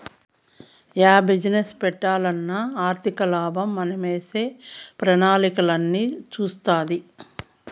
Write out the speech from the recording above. yeah business పెట్టాలన్నా ఆర్థికలాభం మనమేసే ప్రణాళికలన్నీ సూస్తాది